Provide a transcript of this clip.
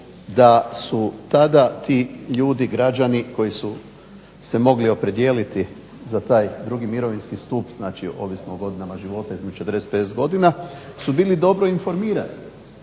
da su tada ti ljudi, građani koji su se mogli opredijeliti za taj drugi mirovinski stup znači ovisno o godinama života između 40 i 50 godina su bili dobro informirani.